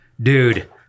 dude